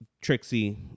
Trixie